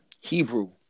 Hebrew